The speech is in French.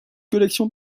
collection